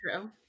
true